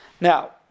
Now